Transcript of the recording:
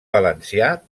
valencià